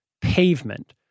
pavement